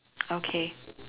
okay